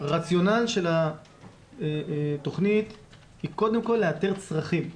הרציונל של התוכנית הוא קודם כל לאתר צרכים.